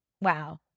Wow